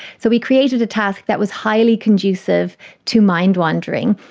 so we created a task that was highly conducive to mind wandering.